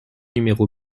numéro